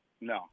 No